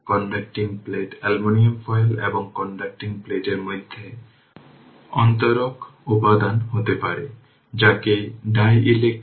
সুতরাং যদি সুইচের পজিশনটি এরকম হয় তবে এটি শর্ট সার্কিট